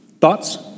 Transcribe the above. Thoughts